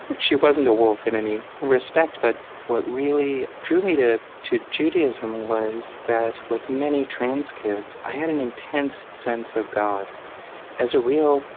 but she wasn't a wolf in any respect. but what really drew me to to judaism was that, like many trans kids, i had an intense sense of god as a real,